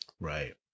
right